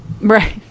Right